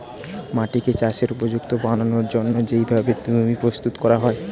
মাটিকে চাষের উপযুক্ত বানানোর জন্যে যেই ভাবে ভূমি প্রস্তুত করা হয়